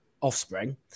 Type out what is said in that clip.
offspring